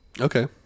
Okay